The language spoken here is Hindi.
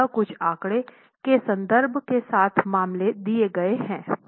तो यहाँ कुछ आंकड़े के संदर्भ के साथ मामले दिए गए हैं